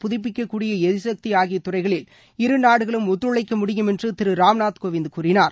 புதுப்பிக்கக்கூடிய எரிசக்தி ஆகிய துறைகளில் இருநாடுகளும் ஒத்துழைக்க முடியும் என்று திரு ராம்நாத்கோவிந்த் கூறினார்